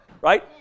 right